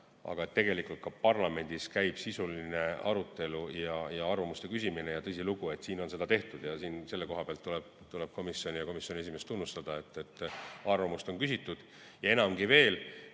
Aga tegelikult käib ka parlamendis sisuline arutelu ja arvamuste küsimine. Tõsilugu, siin on seda tehtud ja selle koha peal tuleb komisjoni ja komisjoni esimeest tunnustada. Arvamust on küsitud. Enamgi veel,